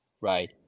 right